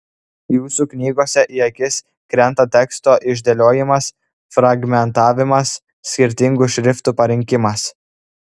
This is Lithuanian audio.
jūsų knygose į akis krenta teksto išdėliojimas fragmentavimas skirtingų šriftų parinkimas